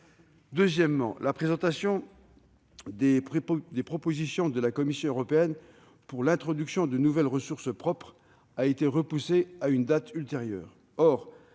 Deuxièmement, la présentation des propositions de la Commission européenne pour l'introduction de nouvelles ressources propres a été repoussée à une date ultérieure.